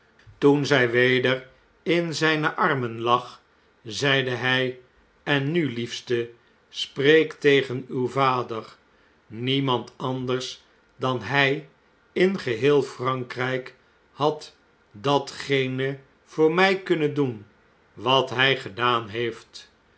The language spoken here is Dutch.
toen zjj weder in zjjne armen lag zeide hij en nu liefste spreek tegen uw vader niemand anders dan hjj in geheel frankrjjk had datgene voor mjj kunnen doen wat hjj gedaan heeft